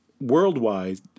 worldwide